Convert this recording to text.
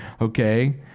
okay